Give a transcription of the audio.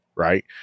right